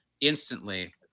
instantly